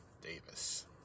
Davis